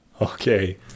Okay